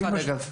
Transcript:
יחד, אגב.